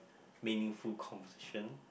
meaningful conversation